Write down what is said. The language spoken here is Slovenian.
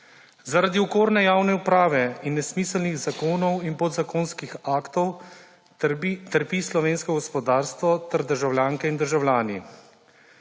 Zaradi okorne javne uprave in nesmiselnih zakonov in podzakonskih aktov trpi slovensko gospodarstvo ter državljanke in državljani.